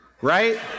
right